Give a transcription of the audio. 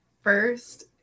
first